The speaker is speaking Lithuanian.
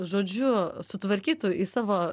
žodžiu sutvarkytų į savo